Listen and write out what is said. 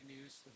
news